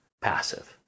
passive